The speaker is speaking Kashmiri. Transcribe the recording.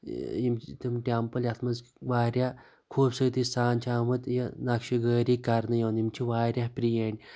یِم چھِ تِم ٹیٚمپٕل یِتھ منٛز وارِیاہ خوبصورَتی سان چھِ آمُت یہِ نَقشہٕ کٲری کَرنہٕ یِم چھِ وارِیاہ پرٲنۍ